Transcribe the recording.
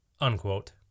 Unquote